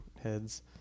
heads